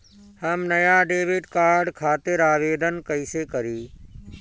हम नया debit card खातिर आवेदन कईसे करी?